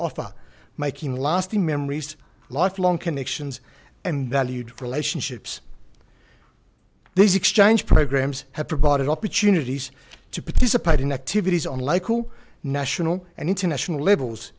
offer making lasting memories lifelong connections and valued relationships these exchange programs have provided opportunities to participate in activities unlike all national and international l